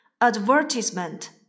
Advertisement